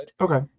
Okay